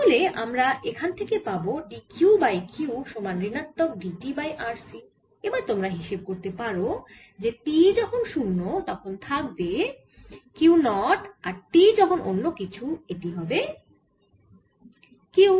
তাহলে আমরা এখান থেকে পাবো dQ বাই Q সমান ঋণাত্মক dt বাই RC এবার তোমরা হিসেব করতে পারো যে t যখন 0 তখন থাকবে Q 0 আর t যখন অন্য কিছু এটি হবে Q